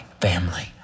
family